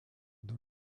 dans